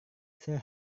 saya